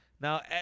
Now